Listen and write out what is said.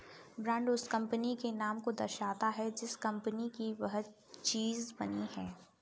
brand उस company के नाम को दर्शाता है जिस कंपनी की वह चीज बनी है